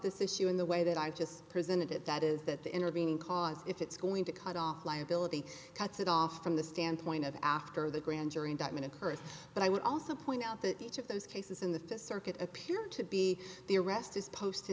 this issue in the way that i just presented it that is that the intervening cause if it's going to cut off liability cuts it off from the standpoint of after the grand jury indictment occurs but i would also point out that each of those cases in the fifth circuit appear to be the arrest is post